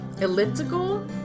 elliptical